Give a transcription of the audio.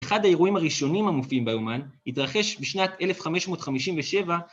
אחד האירועים הראשונים המופיעים ביומן, התרחש בשנת 1557